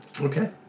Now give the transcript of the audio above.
Okay